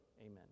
amen